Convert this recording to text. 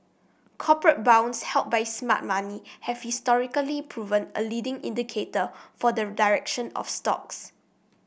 corporate bonds held by smart money have historically proven a leading indicator for the direction of stocks